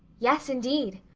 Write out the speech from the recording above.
yes, indeed.